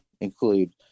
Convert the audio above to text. include